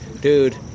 dude